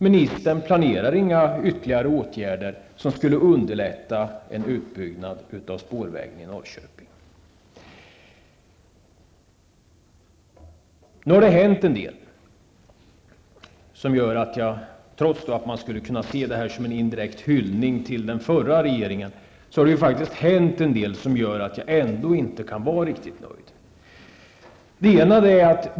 Ministern planerar inga ytterligare åtgärder för att underlätta en utbyggnad av spårvägen i En del har dock hänt som gör att jag, trots att det som här sagts skulle kunna ses som en direkt hyllning av den förra regeringen, inte kan vara riktigt nöjd.